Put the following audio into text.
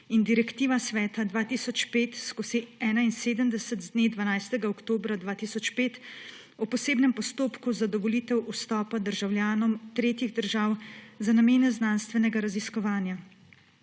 in direktiva Sveta 2005/71, z dne 12. oktobra 2005, o posebnem postopku za dovolitev vstopa državljanom tretjih držav za namene znanstvenega raziskovanja.